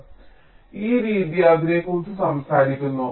അതിനാൽ ഈ രീതി അതിനെക്കുറിച്ച് സംസാരിക്കുന്നു